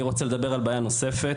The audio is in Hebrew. אני רוצה לדבר על בעיה נוספת,